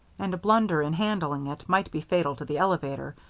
and a blunder in handling it might be fatal to the elevator,